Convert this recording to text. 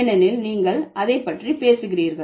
ஏனெனில் நீங்கள் அதை பற்றி பேசுகிறீர்கள்